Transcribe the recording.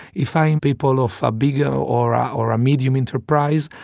if i am people of a bigger or or a medium enterprise,